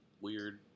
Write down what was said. weird